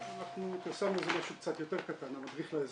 אנחנו פרסמנו משהו קצת יותר קטן, המדריך לאזרח.